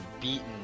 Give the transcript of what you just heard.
beaten